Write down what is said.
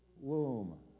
womb